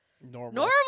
normal